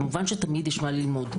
כמובן שתמיד יש מה ללמוד,